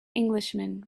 englishman